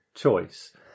choice